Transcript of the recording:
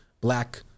black